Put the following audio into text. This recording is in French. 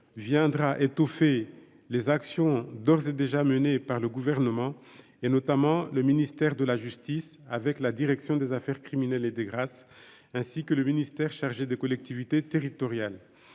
viendra étouffer les actions d'ores et déjà menées par le gouvernement et notamment le ministère de la justice avec la direction des affaires criminelles et des grâces, ainsi que le ministère chargé des collectivités territoriales,